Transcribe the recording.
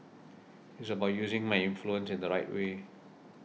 it's about using my influence in the right way